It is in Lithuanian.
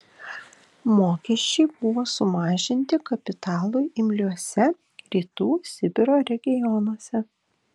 mokesčiai buvo sumažinti kapitalui imliuose rytų sibiro regionuose